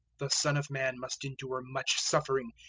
the son of man must endure much suffering,